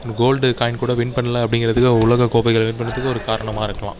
gold coin கூட win பண்ணல அப்படிங்கறதுக்கே உலக கோப்பைகளை வின் பண்ணுறதுக்கு ஒரு காரணமாக இருக்கலாம்